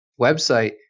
website